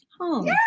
home